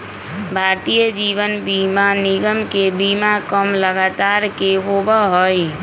भारतीय जीवन बीमा निगम के बीमा कम लागत के होबा हई